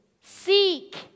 seek